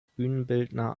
bühnenbildner